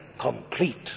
Complete